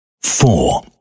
Four